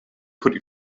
could